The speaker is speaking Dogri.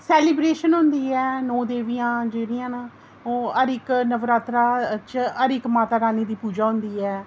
सेलीब्रेशन होंदी ऐ नौ देवियां न जेह्ड़ियां ओह् हर इक्क नवरात्रा च हर इक इक देवी दी पूजा होंदी ऐ